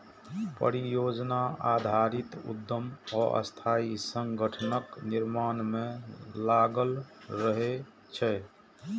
परियोजना आधारित उद्यम अस्थायी संगठनक निर्माण मे लागल रहै छै